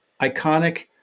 iconic